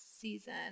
season